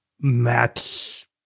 match